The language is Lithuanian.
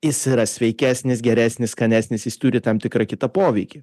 jis yra sveikesnis geresnis skanesnis jis turi tam tikrą kitą poveikį